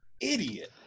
idiot